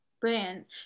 Brilliant